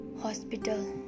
hospital